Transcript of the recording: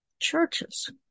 Churches